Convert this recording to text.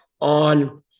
on